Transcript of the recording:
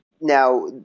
Now